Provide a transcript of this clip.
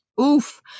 Oof